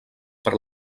per